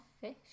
fish